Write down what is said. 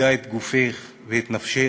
קיפדה את גופך ואת נפשך,